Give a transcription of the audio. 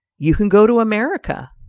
you can go to america,